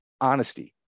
Honesty